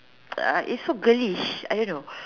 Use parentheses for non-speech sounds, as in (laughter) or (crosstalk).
uh it's so girlish I don't know (breath)